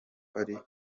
ari